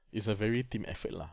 it's a very team effort lah